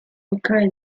occur